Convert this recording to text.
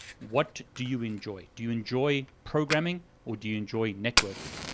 what do do you enjoy? do you enjoy programming, or do you enjoy networking?